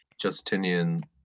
Justinian